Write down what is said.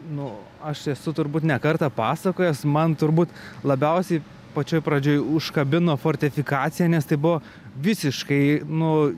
nu aš esu turbūt ne kartą pasakojęs man turbūt labiausiai pačioj pradžioj užkabino fortifikacija nes tai buvo visiškai nu